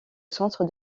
centre